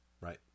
Right